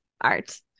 art